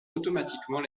automatiquement